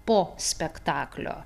po spektaklio